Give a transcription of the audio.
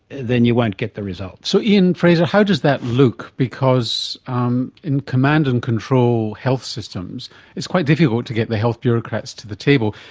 then you won't get the results. so ian frazer, how does that look? because um in command and control health systems it's quite difficult to get the health bureaucrats to the table,